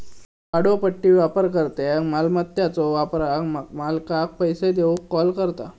भाड्योपट्टी वापरकर्त्याक मालमत्याच्यो वापराक मालकाक पैसो देऊक कॉल करता